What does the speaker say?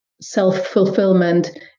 self-fulfillment